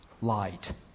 light